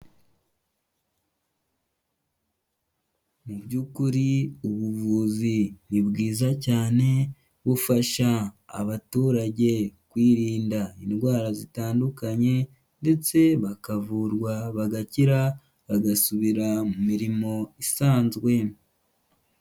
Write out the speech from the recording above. Mu by'ukuri ubuvuzi ni bwiza cyane, bufasha abaturage kwirinda indwara zitandukanye ndetse bakavurwa bagakira, bagasubira mu mirimo isanzwe.